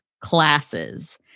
classes